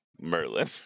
Merlin